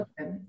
Okay